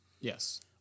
Yes